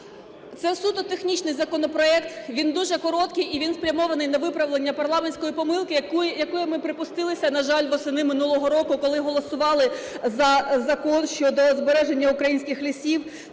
це суто технічний законопроект, він дуже короткий і він спрямований на виправлення парламентської помилки, якої ми припустилися, на жаль, восени минулого року, коли голосували за Закон щодо збереження українських лісів